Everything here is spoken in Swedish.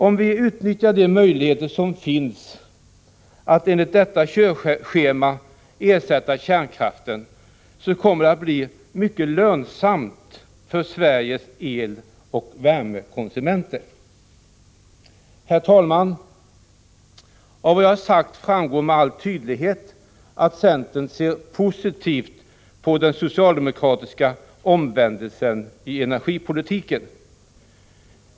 Om vi utnyttjar de möjligheter som finns att enligt detta ”körschema” ersätta kärnkraften, kommer det att bli mycket lönsamt för Sveriges eloch värmekonsumenter. Herr talman! Av vad jag har sagt framgår med all tydlighet att centern ser positivt på den socialdemokratiska omvändelsen i energipolitiken.